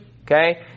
Okay